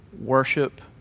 worship